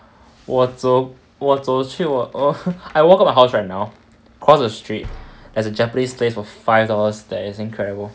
我走我走去我 I walk out of my house right now cross the street there's a japanese place for five dollars that is incredible